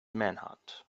manhunt